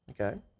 Okay